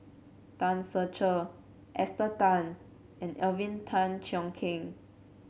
Tan Ser Cher Esther Tan and Alvin Tan Cheong Kheng